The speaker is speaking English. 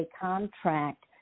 contract